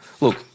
Look